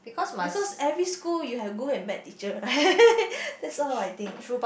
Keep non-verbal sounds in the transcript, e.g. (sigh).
because every school you have good and bad teacher right (laughs) that's all I think